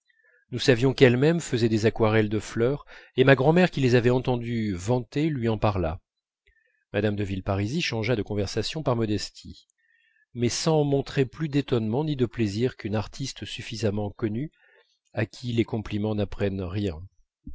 nous savions qu'elle-même faisait des aquarelles de fleurs et ma grand'mère qui les avait entendu vanter lui en parla mme de villeparisis changea de conversation par modestie mais sans montrer plus d'étonnement ni de plaisir qu'une artiste suffisamment connue à qui les compliments n'apprennent rien